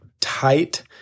tight